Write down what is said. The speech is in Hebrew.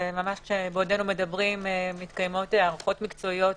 ובעודנו מדברים מתקיימות הערכות מקצועיות